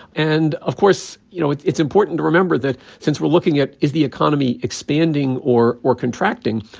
and of course, you know, it's it's important to remember that since we're looking at is the economy expanding or or contracting,